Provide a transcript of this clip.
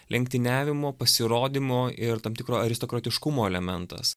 lenktyniavimo pasirodymo ir tam tikro aristokratiškumo elementas